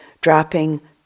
dropping